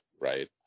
right